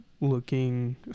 looking